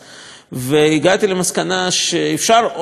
הגעתי למסקנה שאפשר עוד פעם לשפר את